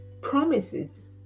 promises